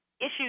issues